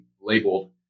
labeled